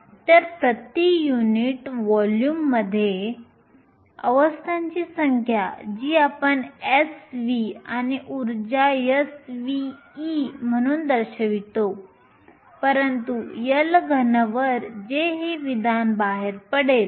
तर प्रति युनिट व्हॉल्यूममध्ये अवस्थांची संख्या जी आपण Sv आणि ऊर्जा Sv म्हणून दर्शवितो परंतु L घनवर जे हे विधान बाहेर पडेल